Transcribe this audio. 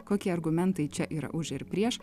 kokie argumentai čia yra už ir prieš